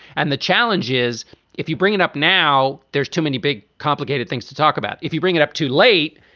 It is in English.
and the challenge is if you bring it up now. there's too many big, complicated things to talk about. if you bring it up too late,